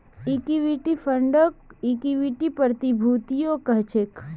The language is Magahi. इक्विटी फंडक इक्विटी प्रतिभूतियो कह छेक